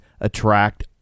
attract